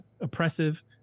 oppressive